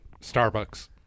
Starbucks